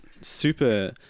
super